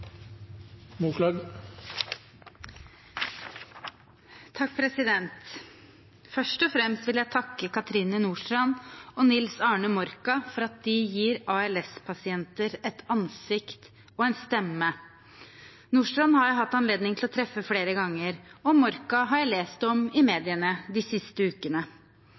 Først og fremst vil jeg takke Cathrine Nordstrand og Nils Arne Morka for at de gir ALS-pasienter et ansikt og en stemme. Nordstrand har jeg hatt anledning til å treffe flere ganger, og Morka har jeg lest om i mediene de siste ukene.